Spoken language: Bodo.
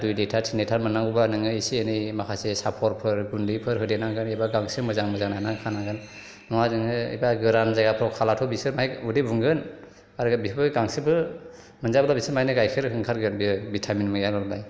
दुइ लिटार थिन लिटार मोन्नांगौबा नोङो एसे एनै माखासे साफरफोर गुन्दैफोर होदेरनांगोन गुन्दैफोर होदेरनांगोन एबा गांसो मोजां मोजां नायना खानांगोन नङाबा नोङो एबा गोरान जायगाफ्राव खाबाथ' बिसोरो माहाय उदै बुंगोन आरो बिसोरो गांसोबो मोनजायाबा बिसोरो गाइखेर ओंखारगोन दे बिटामिन गैयाब्ला